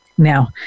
Now